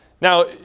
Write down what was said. Now